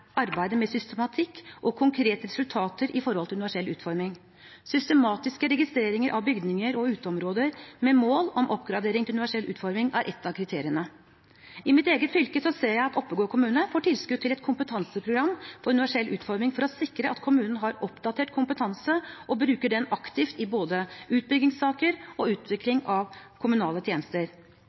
arbeidet med systematikk og konkrete resultater når det gjelder universell utforming. Systematiske registreringer av bygninger og uteområder med mål om oppgradering til universell utforming er ett av kriteriene. I mitt eget fylke ser jeg at Oppegård kommune får tilskudd til et kompetanseprogram for universell utforming for å sikre at kommunen har oppdatert kompetanse og bruker den aktivt, både i utbyggingssaker og i utvikling av kommunale tjenester.